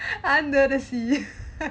under the sea